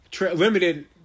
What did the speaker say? limited